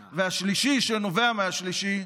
והשלישי, שנובע מהשני,